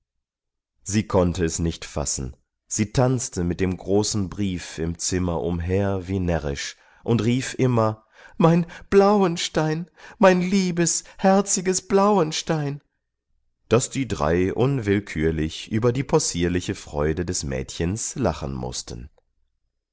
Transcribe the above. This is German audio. sie konnte es nicht fassen sie tanzte mit dem großen brief im zimmer umher wie närrisch und rief immer mein blauenstein mein liebes herziges blauenstein daß die drei unwillkürlich über die possierliche freude des mädchens lachen mußten